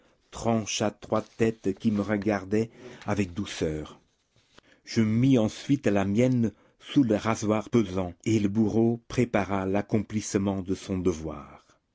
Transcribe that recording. trancha trois têtes qui me regardaient avec douceur je mis ensuite la mienne sous le rasoir pesant et le bourreau prépara l'accomplissement de son devoir